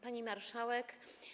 Pani Marszałek!